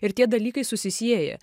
ir tie dalykai susisieja